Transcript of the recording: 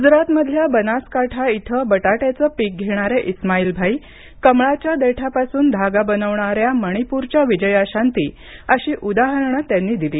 ग्जरात मधल्या बनासकांठा इथे बटाट्याचे पीक घेणारे इस्माईल भाई कमळाच्या देठापासून धागा बनवणा या मणिपूरच्या विजयाशांती अशी उदाहरणं त्यांनी दिली